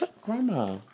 Grandma